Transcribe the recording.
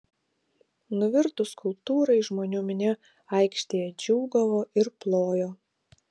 nuvirtus skulptūrai žmonių minia aikštėje džiūgavo ir plojo